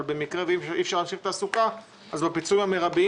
אבל במקרה שאי אפשר להמשיך תעסוקה אז בפיצויים המרביים